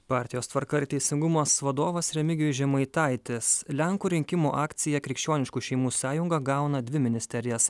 partijos tvarka ir teisingumas vadovas remigijus žemaitaitis lenkų rinkimų akcija krikščioniškų šeimų sąjunga gauna dvi ministerijas